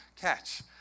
catch